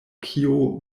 kio